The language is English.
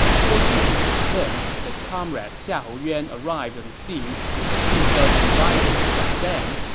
fortunately for him, his comrade xiahou yuan arrived on the scene with a few dozen riders just then.